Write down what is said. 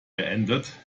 beendet